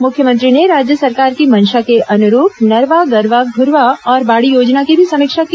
मुख्यमंत्री ने राज्य सरकार की मंशा के अनुरूप नरवा गरवा घुरवा और बाड़ी योजना की भी समीक्षा की